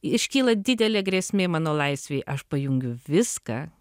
iškyla didelė grėsmė mano laisvei aš pajungiu viską